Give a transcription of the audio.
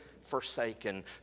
forsaken